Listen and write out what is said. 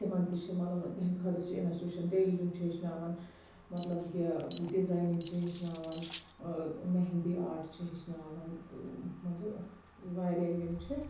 تِمَن تہِ چھِ مطلب تِہِنٛد خٲطرٕ چھِ اِنَسٹیوٗشَن ٹیلرِنٛگ چھِ ہیٚچھناوان مطلب یہِ ڈِزاینِنٛگ چھِ ہیٚچھناوان مہندی آٹ چھِ ہیٚچھناوان مان ژٕ واریاہ یِم چھِ